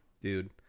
Dude